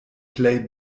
plej